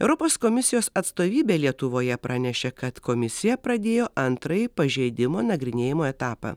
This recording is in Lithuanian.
europos komisijos atstovybė lietuvoje pranešė kad komisija pradėjo antrąjį pažeidimo nagrinėjimo etapą